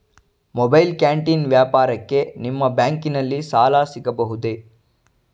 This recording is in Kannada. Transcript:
ಮೊಬೈಲ್ ಕ್ಯಾಂಟೀನ್ ವ್ಯಾಪಾರಕ್ಕೆ ನಿಮ್ಮ ಬ್ಯಾಂಕಿನಲ್ಲಿ ಸಾಲ ಸಿಗಬಹುದೇ?